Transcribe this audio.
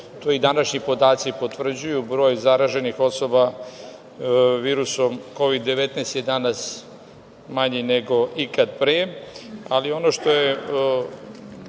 To i današnji podaci potvrđuju, broj zaraženih osoba virusom COVID-19 je danas manji nego ikad pre. Ono